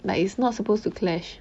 like it's not supposed to clash